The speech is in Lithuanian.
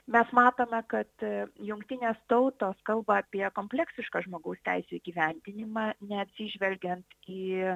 mes matome kad jungtinės tautos kalba apie kompleksišką žmogaus teisių įgyvendinimą neatsižvelgiant į